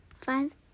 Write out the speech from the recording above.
five